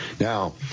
now